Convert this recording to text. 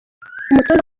umutoza